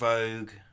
Vogue